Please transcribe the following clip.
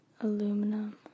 Aluminum